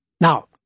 Now